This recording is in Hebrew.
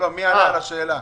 אין התנגדות עקרונית.